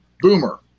Boomer